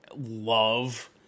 love